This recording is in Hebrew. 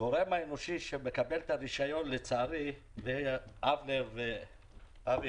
הגורם האנושי שמקבל את הרישיון לצערי אבנר ואבי,